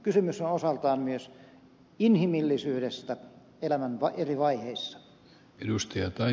kysymys on osaltaan myös inhimillisyydestä elämän eri vaiheissa